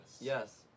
Yes